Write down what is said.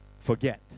forget